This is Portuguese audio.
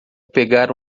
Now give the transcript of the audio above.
pegar